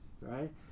right